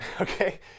okay